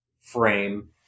frame